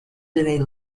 been